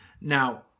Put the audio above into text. Now